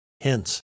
Hence